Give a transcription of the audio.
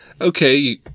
okay